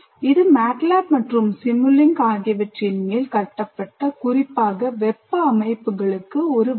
இது MATLAB மற்றும் Simulink ஆகியவற்றின் மேல் கட்டப்பட்ட குறிப்பாக வெப்ப அமைப்புகளுக்கு ஒரு வகை